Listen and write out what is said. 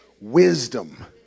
wisdom